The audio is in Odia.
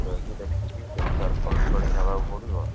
ଯାଇକି ଦେଖିକି ସେଇ ବି ସାର୍ କ'ଣ ନେବାକୁ ପଡ଼ିବ